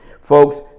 folks